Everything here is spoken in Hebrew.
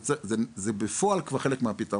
זה בפועל כבר חלק מהפתרון,